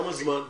כמה זמן?